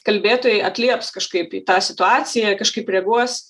kalbėtojai atlieps kažkaip į tą situaciją kažkaip reaguos